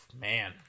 man